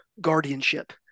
guardianship